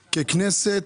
ככנסת,